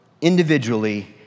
individually